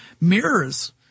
mirrors